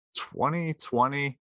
2020